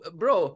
bro